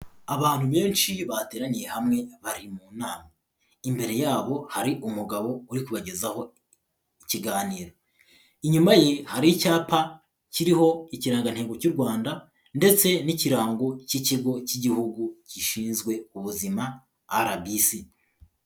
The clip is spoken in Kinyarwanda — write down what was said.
Abantu benshi bateraniye hamwe bari mu nama, imbere yabo hari umugabo uri kubagezaho ikiganiro, inyuma ye hari icyapa kiriho ikirangantego cy'u Rwanda ndetse n'ikirango cy'ikigo cy'Igihugu gishinzwe ubuzima RBC.